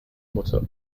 mutter